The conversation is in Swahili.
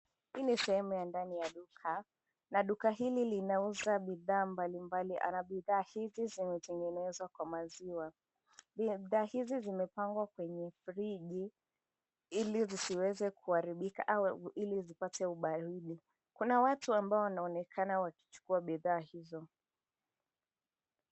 Hii ni sehemu ya ndani ya duka, na duka hili linauza bidhaa mbalimbali. Na bidhaa hizi zimetengenezwa kwa maziwa, bidhaa hizi zimepangwa kwenye friji, ili zisiweze kuharibika au ili zipate ubaridi. Kuna watu ambao wanaonekana wakichukua bidhaa hizo.